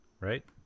right